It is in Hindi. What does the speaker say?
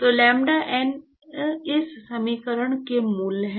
तो लैम्ब्डा n इस समीकरण के मूल हैं